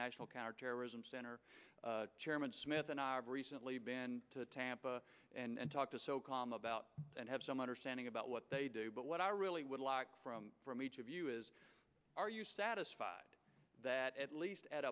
national counterterrorism center chairman smith and i've recently been to tampa and talked to so calm about it and have some understanding about what they do but what i really would like from from each of you is are you satisfied that at least at